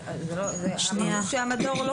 מרנו שהמדור לא קיים.